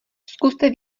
zkuste